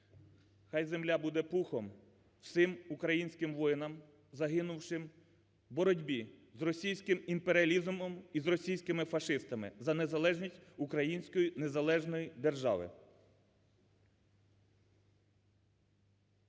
Хай земля буде пухом всім українським воїнам загинувши в боротьбі з російським імперіалізмом і з російськими фашистами за незалежність Української незалежної держави.